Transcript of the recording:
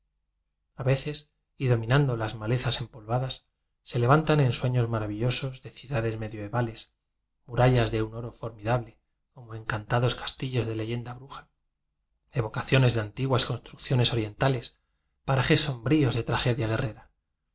veces y dominando las malezas em polvadas se levantan ensueños maravillo sos de ciudades medioevales murallas de un oro formidable como encantados casti llos de leyenda bruja evocaciones de an tiguas construcciones orientales parajes sombríos de tragedia guerrera